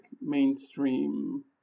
mainstream